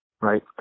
right